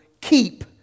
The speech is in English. keep